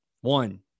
One